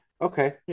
Okay